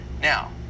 Now